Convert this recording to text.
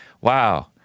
Wow